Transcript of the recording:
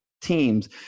teams